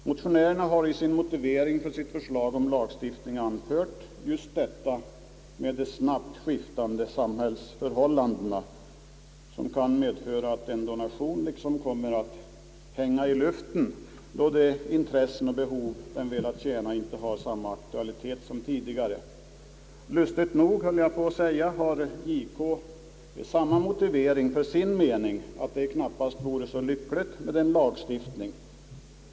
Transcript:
Motionärerna har i motiveringen för sitt förslag om lagstiftning anfört just problemet med de snabbt skiftande samhällsförhållandena, som kan medföra att en donation liksom kommer att hänga i luften då de intressen och behov den velat tjäna inte har samma aktualitet som tidigare. Lustigt nog, höll jag på att säga, har JK samma motivering för att det inte vore så lyckligt med en lagstiftning.